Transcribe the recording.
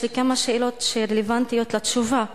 יש לי כמה שאלות שהן רלוונטיות לתשובה: